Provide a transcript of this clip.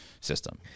system